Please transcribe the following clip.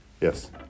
Yes